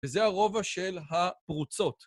וזה הרובע של הפרוצות.